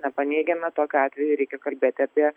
nepaneigiame tokiu atveju reikia kalbėti apie